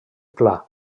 pla